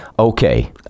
Okay